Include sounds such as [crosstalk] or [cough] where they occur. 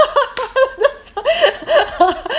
[laughs]